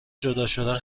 جداشدن